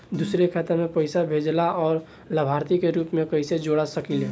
दूसरे के खाता में पइसा भेजेला और लभार्थी के रूप में कइसे जोड़ सकिले?